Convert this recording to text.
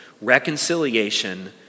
reconciliation